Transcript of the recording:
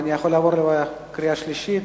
אני יכול לעבור לקריאה שלישית?